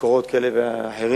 ממקורות כאלה ואחרים.